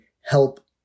help